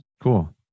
Cool